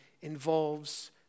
involves